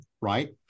right